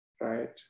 Right